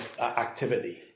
activity